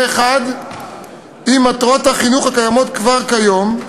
אחד עם מטרות החינוך הקיימות כבר כיום,